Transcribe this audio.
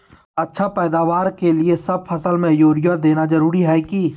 अच्छा पैदावार के लिए सब फसल में यूरिया देना जरुरी है की?